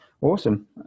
Awesome